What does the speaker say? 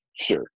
Sure